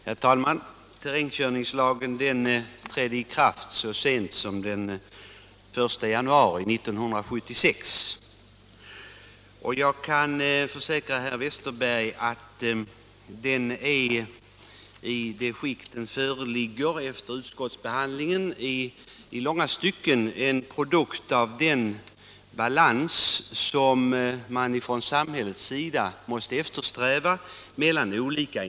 Herr talman! Terrängkörningslagen trädde i kraft så sent som den 1 januari 1976. Jag kan försäkra herr Westerberg att den, i det skick den föreligger efter utskottsbehandlingen, i långa stycken är en produkt av den balans mellan olika intressen som man från samhällets sida måste eftersträva.